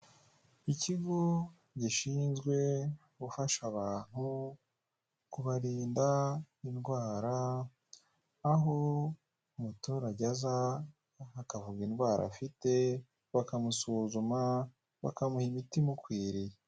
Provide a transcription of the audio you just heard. Ikigo gishinzwe gufasha abantu kubarinda indwara aho umuturage aza akavuga indwara afite, bakamusuzuma bakamuha imiti imukwiriye.